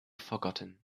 forgotten